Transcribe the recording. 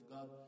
God